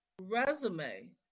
resume